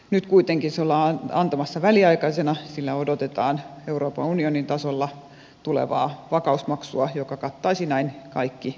nyt kuitenkin se ollaan antamassa väliaikaisena ja sille odotetaan euroopan unionin tasolta tulevaa vakausmaksua joka kattaisi näin kaikki euroopan maat